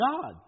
God